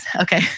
Okay